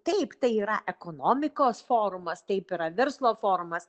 taip tai yra ekonomikos forumas taip yra verslo formas